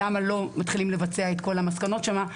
למה לא מתחילים לבצע את כל המסקנות שמה,